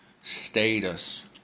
status